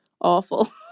awful